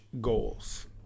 goals